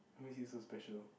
what makes you so special